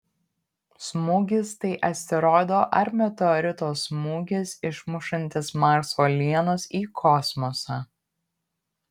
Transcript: smūgis tai asteroido ar meteorito smūgis išmušantis marso uolienas į kosmosą